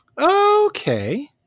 Okay